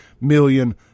million